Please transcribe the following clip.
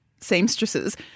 seamstresses